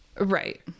right